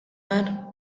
mar